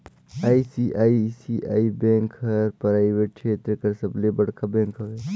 ICICI bank हर private छेत्र कर सबले बड़खा बेंक हवे